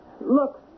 Look